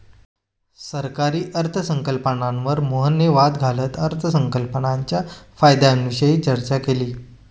सरकारी अर्थसंकल्पावर मोहनने वाद घालत अर्थसंकल्पाच्या फायद्यांविषयी चर्चा केली